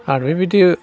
आरो बेबायदि